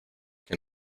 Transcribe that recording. que